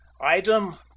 item